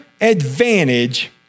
advantage